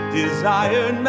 desire